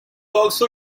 also